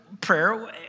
prayer